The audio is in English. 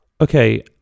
Okay